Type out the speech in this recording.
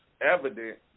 evident